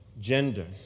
gender